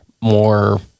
more